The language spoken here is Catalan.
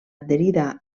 adherida